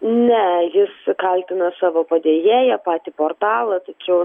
ne jis kaltina savo padėjėją patį portalą tačiau